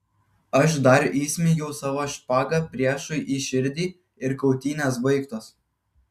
aš dar įsmeigiau savo špagą priešui į širdį ir kautynės baigtos